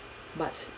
but